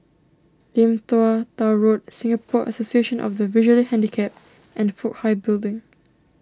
Lim Tua Tow Road Singapore Association of the Visually Handicapped and Fook Hai Building